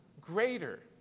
greater